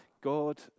God